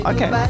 Okay